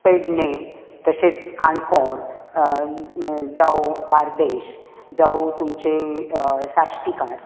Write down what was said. पेडणें तशेंच काणकोण जावं बार्देस जावं तुमचे साश्टीकार